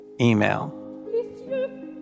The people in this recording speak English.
email